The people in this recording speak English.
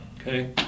Okay